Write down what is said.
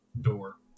door